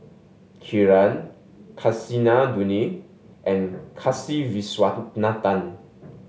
Kiran Kasinadhuni and Kasiviswanathan